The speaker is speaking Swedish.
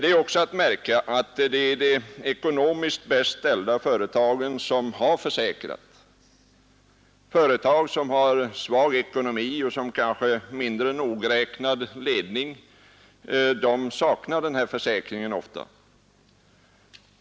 Det är också att märka att det är de ekonomiskt bäst ställda företagen som har försäkrat. Företag som har svag ekonomi och en kanske mindre nogräknad ledning saknar ofta den här försäkringen.